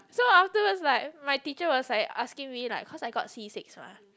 so afterwards like my teacher was like asking me like cause I got C six mah